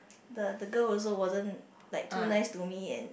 the the girl also wasn't like too nice to me and